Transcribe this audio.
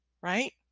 Right